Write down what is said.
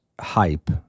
hype